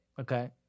okay